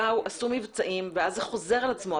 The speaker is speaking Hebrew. באו, עשו מבצעים ואז זה חוזר על עצמו.